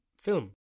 film